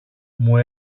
μου